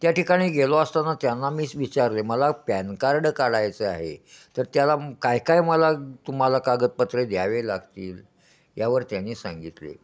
त्या ठिकाणी गेलो असताना त्यांना मीच विचारले मला पॅन कार्ड काढायचे आहे तर त्याला काय काय मला तुम्हाला कागदपत्रे द्यावे लागतील यावर त्यांनी सांगितले